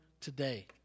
today